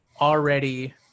already